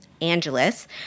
Angeles